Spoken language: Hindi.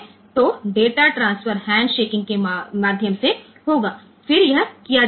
तो डेटा ट्रांसफर हैंडशेकिंग के माध्यम से होगा फिर यह किया जा सकता है